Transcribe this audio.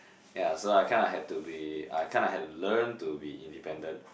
ya so I kind of had to be I kind of had to learn to be independent